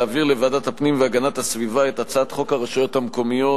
להעביר לוועדת הפנים והגנת הסביבה את הצעת חוק הרשויות המקומיות